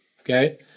Okay